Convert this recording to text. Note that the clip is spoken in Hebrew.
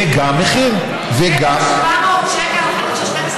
זו קרקע פרטית.